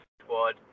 squad